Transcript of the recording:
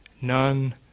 none